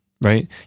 right